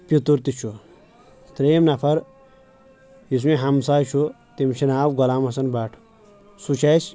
پِتُر تہِ چھُ ترٛیٚیِم نفر یُس مےٚ ہمساے چھُ تٔمِس چھُ ناو غلام حسن بٹ سُہ چھُ اسہِ